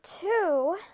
two